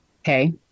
okay